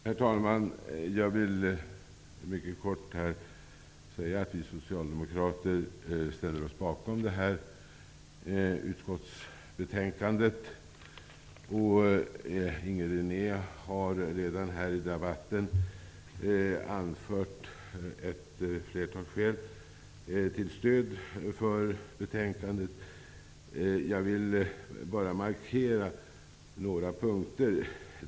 Herr talman! Jag vill mycket kort säga att vi socialdemokrater ställer oss bakom utskottsbetänkandet. Inger René har redan här i debatten anfört ett flertal skäl till stöd för betänkandet. Jag vill bara markera några punkter.